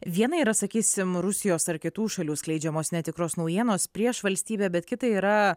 viena yra sakysim rusijos ar kitų šalių skleidžiamos netikros naujienos prieš valstybę bet kita yra